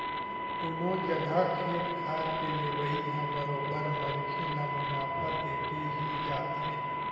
कोनो जघा खेत खार के लेवई ह बरोबर मनखे ल मुनाफा देके ही जाथे